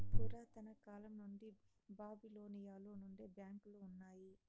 పురాతన కాలం నుండి బాబిలోనియలో నుండే బ్యాంకులు ఉన్నాయి